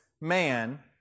man